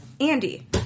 Andy